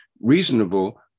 reasonable